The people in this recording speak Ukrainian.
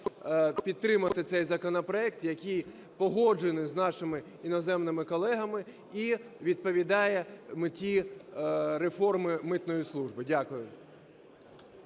підтримати цей законопроект, який погоджений з нашими іноземними колегами і відповідає меті реформи митної служби. Дякую.